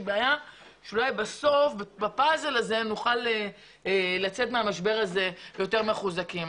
בעיה שאולי בפאזל הזה נוכל לצאת מהמשבר הזה יותר מחוזקים.